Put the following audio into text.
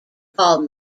called